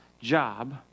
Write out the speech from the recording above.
job